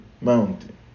mountain